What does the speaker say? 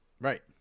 Right